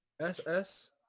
S-S